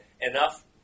enough